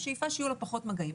השאיפה שיהיו לו פחות מגעים.